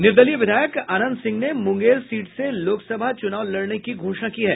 निर्दलीय विधायक अनंत सिंह ने मुंगेर सीट से लोकसभा चुनाव लड़ने की घोषणा की है